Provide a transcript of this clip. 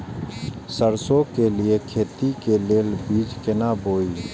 सरसों के लिए खेती के लेल बीज केना बोई?